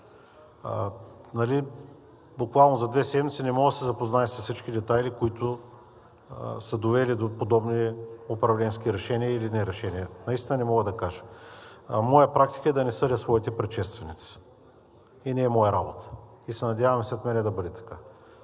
Буквално за две седмици не мога да се запозная с всички детайли, които са довели до подобни управленски решения или не-решения. Наистина не мога да кажа, а моя практика е да не съдя своите предшественици и не е моя работа, и се надявам и след мен да бъде така.